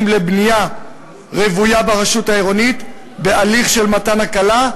לבנייה רוויה ברשות העירונית בהליך של מתן הקלה,